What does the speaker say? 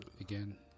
again